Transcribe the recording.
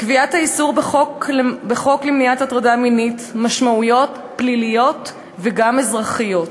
לקביעת האיסור בחוק למניעת הטרדה מינית משמעויות פליליות וגם אזרחיות.